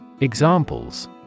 Examples